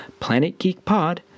planetgeekpod